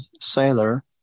sailor